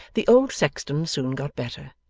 the old sexton soon got better,